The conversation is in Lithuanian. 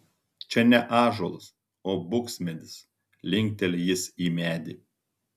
čia ne ąžuolas o buksmedis linkteli jis į medį